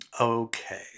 Okay